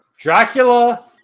Dracula